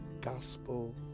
gospel